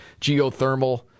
geothermal